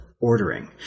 ordering